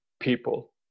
people